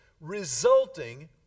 resulting